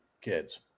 kids